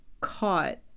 caught